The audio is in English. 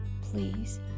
Please